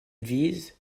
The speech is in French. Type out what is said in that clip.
vise